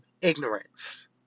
Ignorance